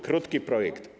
Krótki projekt.